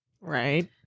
Right